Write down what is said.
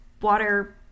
water